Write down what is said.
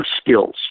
skills